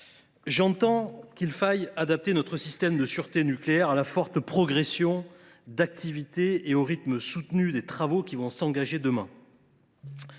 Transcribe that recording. J’entends qu’il faille adapter notre système de sûreté nucléaire à la forte progression de l’activité et au rythme soutenu des travaux qui s’engageront demain.